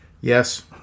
Yes